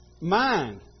mind